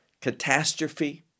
catastrophe